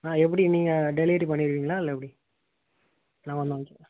ஆ எப்படி நீங்கள் டெலிவரி பண்ணுவீங்களா இல்லை எப்படி நாங்கள் வந்து வாங்கிகணுமா